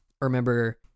remember